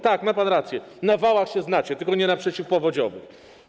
Tak, ma pan rację, na wałach się znacie, tylko nie na przeciwpowodziowych.